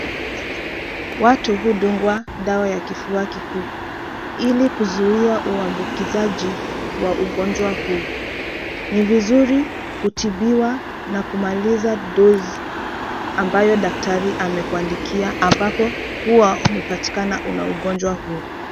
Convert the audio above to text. Watu hudungwa dawa ya kifua kikuu ili kuzuia uambukizaji wa ugonjwa huu. Ni vizuri kutibiwa na kumaliza doz ambayo daktari amekuandikia ambapo kuwa umepatikana una ugonjwa huu.